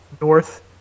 north